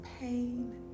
pain